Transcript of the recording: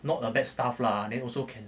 not a bad stuff lah then also can